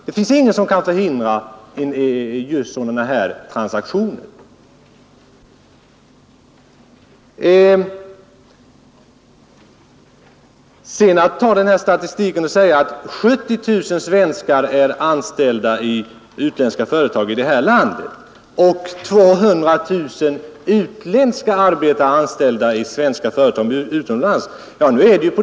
Det finns ingen som kan förhindra sådana här transaktioner. Nu sägs det att statistiken visar att 70 000 svenskar är anställda i utländska företag i Sverige och att 200 000 utländska arbetare är anställda i svenska företag utomlands.